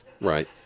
right